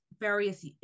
various